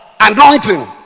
Anointing